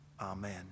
amen